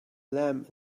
lamp